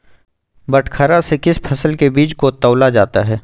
बटखरा से किस फसल के बीज को तौला जाता है?